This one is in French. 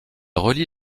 relie